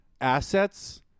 assets